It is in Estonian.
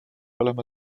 olema